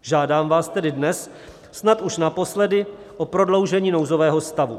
Žádám vás tedy dnes, snad už naposledy, o prodloužení nouzového stavu.